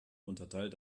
unterteilt